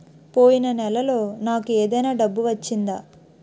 పోయిన నెలలో నాకు ఏదైనా డబ్బు వచ్చిందా?